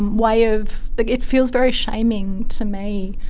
way of, like it feels very shaming to me.